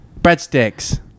breadsticks